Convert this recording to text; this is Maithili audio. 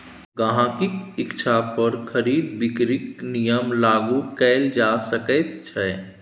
गहिंकीक इच्छा पर खरीद बिकरीक नियम लागू कएल जा सकैत छै